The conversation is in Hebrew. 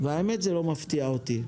האמת היא שזה לא מפתיע אותו,